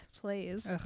Please